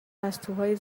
پستوهای